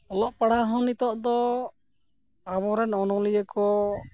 ᱚᱞᱚᱜ ᱯᱟᱲᱦᱟᱜ ᱦᱚᱸ ᱱᱤᱛᱳᱜ ᱫᱚ ᱟᱵᱚᱨᱮᱱ ᱚᱱᱚᱞᱤᱭᱟᱹ ᱠᱚ